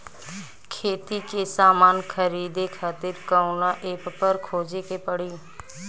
खेती के समान खरीदे खातिर कवना ऐपपर खोजे के पड़ी?